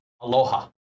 Aloha